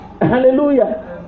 Hallelujah